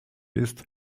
ist